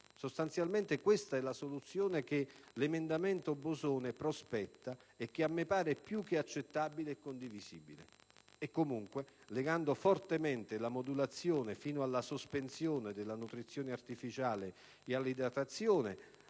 sostanzialmente questa è la soluzione che l'emendamento Bosone prospetta e che a me pare più che accettabile e condivisibile. E comunque, legando fortemente la modulazione, fino alla sospensione della nutrizione artificiale e dell'idratazione